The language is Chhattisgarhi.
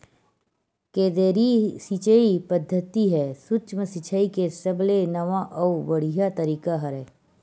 केदरीय सिचई पद्यति ह सुक्ष्म सिचाई के सबले नवा अउ बड़िहा तरीका हरय